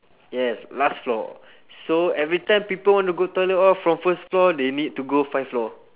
yes last floor so every time people want to go toilet all from first floor they need to go five floor